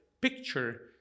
picture